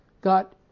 got